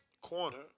corner